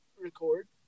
record